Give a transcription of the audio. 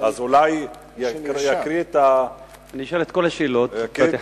אני אשאל את השאלות בבת אחת,